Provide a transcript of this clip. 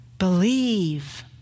Believe